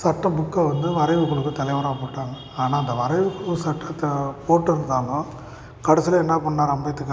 சட்ட புக்கை வந்து வரைவு குழுவுக்கு தலைவராக போட்டாங்க ஆனால் அந்த வரைவு குழு சட்டத்தை போட்டுருந்தாலும் கடைசியில் என்னா பண்ணார் அம்பேத்கார்